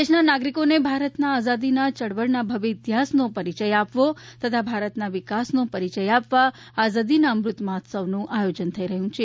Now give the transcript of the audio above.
દેશના નાગરિકોને ભારતના આઝાદીના ચળવળના ભવ્ય ઇતિહાસનો પરિચય આપવો તથા ભારતના વિકાસનો પરિચય આપવા આઝાદીના અમૃત મહોત્સવનું આયોજન થઇ રહ્યું છે